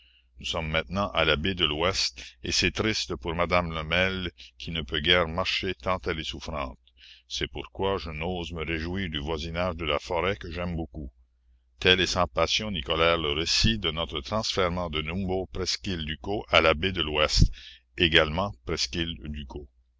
nous sommes maintenant à la baie de l'ouest et c'est triste pour madame lemel qui ne peut guère marcher tant elle est souffrante c'est pourquoi je n'ose me réjouir du voisinage de la forêt que j'aime beaucoup tel est sans passion ni colère le récit de notre transfèrement de numbo presqu'île ducos à la baie de l'ouest également presqu'île ducos